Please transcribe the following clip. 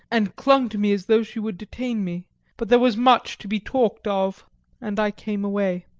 and clung to me as though she would detain me but there was much to be talked of and i came away.